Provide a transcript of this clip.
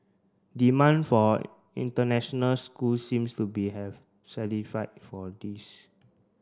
demand for international schools seems to be have for this